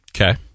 Okay